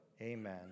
Amen